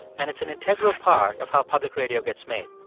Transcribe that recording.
and it's an integral part of how public radio gets made.